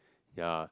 ya